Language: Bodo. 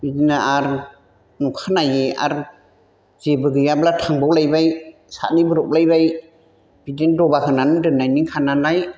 बिदिनो आरो अखानायै आरो जेबो गैयाब्ला थांबाव लायबाय सारहैब्रबलायबाय बिदिनो दबा होनानै दोननायखानालाय